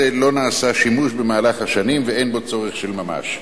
לא נעשה שימוש במהלך השנים ואין בו צורך של ממש.